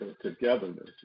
togetherness